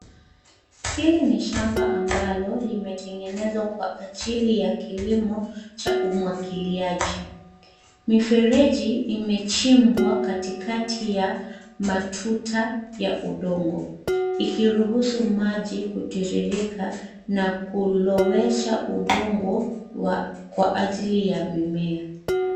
Hili ni shamba ambalo limetengenezwa kwa ajili ya kilimo cha umwagiliaji. Mifereji imechimbwa katikati ya matuta ya udongo ikiruhusu maji kutiririka na kulowesha udongo kwa ajili ya mimea.